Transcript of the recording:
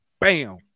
bam